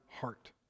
heart